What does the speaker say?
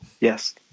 Yes